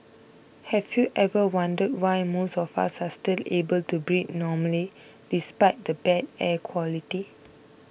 have you ever wondered why most of us are still able to breathe normally despite the bad air quality